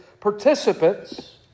participants